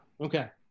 Okay